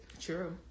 true